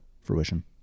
fruition